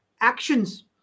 actions